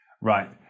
Right